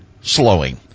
Slowing